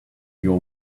your